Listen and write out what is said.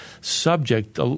subject